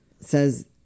says